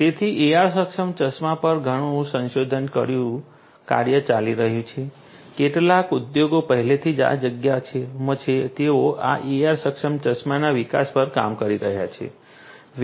તેથી AR સક્ષમ ચશ્મા પર ઘણું સંશોધન કાર્ય ચાલી રહ્યું છે કેટલાક ઉદ્યોગો પહેલેથી જ આ જગ્યામાં છે તેઓ આ AR સક્ષમ ચશ્માના વિકાસ પર કામ કરી રહ્યા છે